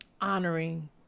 honoring